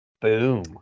Boom